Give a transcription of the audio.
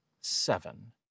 Seven